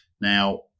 Now